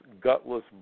gutless